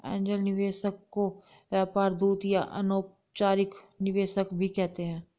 angel निवेशक को व्यापार दूत या अनौपचारिक निवेशक भी कहते हैं